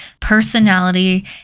personality